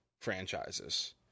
franchises